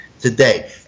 today